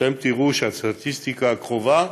אתם תראו שהסטטיסטיקה הקרובה,